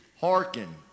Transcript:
hearken